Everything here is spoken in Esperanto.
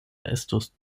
estus